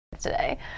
today